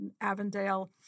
Avondale